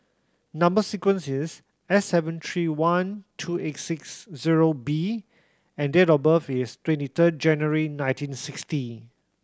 number sequence is S seven three one two eight six zero B and date of birth is twenty third January nineteen sixty